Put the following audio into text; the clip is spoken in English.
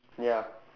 ya